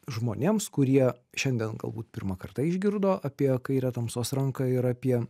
žmonėms kurie šiandien galbūt pirmą kartą išgirdo apie kairę tamsos ranką ir apie